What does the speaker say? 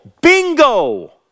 Bingo